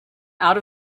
out